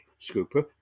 scooper